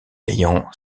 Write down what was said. ayant